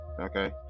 Okay